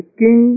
king